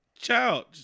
child